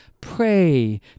pray